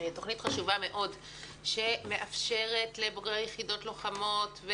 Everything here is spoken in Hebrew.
תוכנית חשובה מאוד שמאפשרת לבוגרי יחידות לוחמות,